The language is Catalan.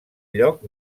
lloc